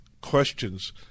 questions